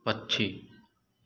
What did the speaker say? पक्षी